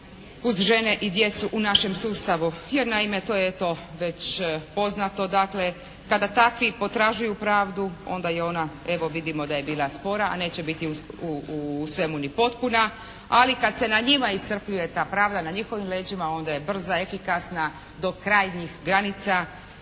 uz žene i djecu u našem sustavu jer naime to je eto već poznato dakle kada takvi potražuju pravdu onda je ona evo vidimo da je bila spora a neće biti u svemu ni potpuna. Ali kad se na njima iscrpljuje ta …/Govornik se ne razumije./… na njihovim leđima onda je brza, efikasna do krajnjih granica